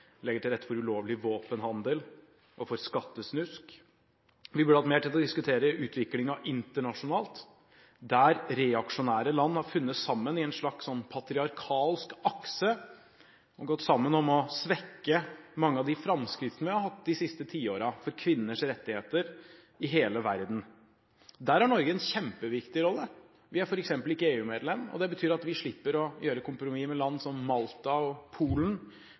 legger til rette for ulovlig våpenhandel og skattesnusk. Vi burde hatt mer tid til å diskutere utviklingen internasjonalt, der reaksjonære land har funnet sammen i en slags patriarkalsk akse og gått sammen om å svekke mange av de framskrittene vi har hatt for kvinners rettigheter i hele verden de siste tiårene. Der har Norge en kjempeviktig rolle. Vi er f.eks. ikke EU-medlem, og det betyr at vi slipper å gjøre kompromisser med land som Malta og Polen